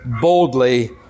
boldly